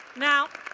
now